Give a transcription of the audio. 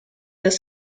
los